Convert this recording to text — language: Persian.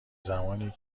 زمانیه